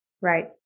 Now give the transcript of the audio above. Right